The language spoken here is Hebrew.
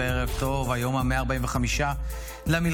(הוראות מיוחדות לעניין הרחבת הסכם קיבוצי